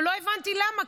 ולא הבנתי למה.